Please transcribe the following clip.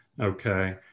okay